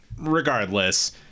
regardless